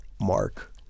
Mark